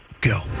Go